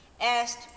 asked